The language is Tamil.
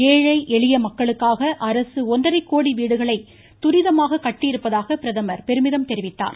ஏழைஎளிய மக்களுக்காக அரசு ஒன்றரை கோடி வீடுகளை துரிதமாக கட்டியிருப்பதாக பிரதமர் பெருமிதம் தெரிவித்தார்